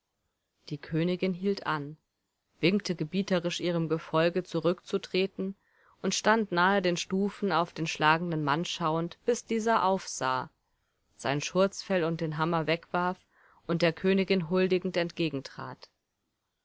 die königin hielt an winkte gebieterisch ihrem gefolge zurückzutreten und stand nahe den stufen auf den schlagenden mann schauend bis dieser aufsah sein schurzfell und den hammer wegwarf und der königin huldigend